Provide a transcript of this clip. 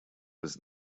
was